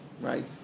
right